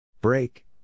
Break